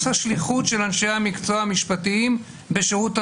השליחות של אנשי המקצוע המשפטיים בשירות המדינה.